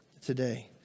Today